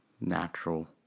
natural